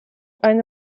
eine